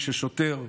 כששוטר,